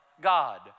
God